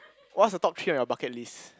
what's the top three on your bucket list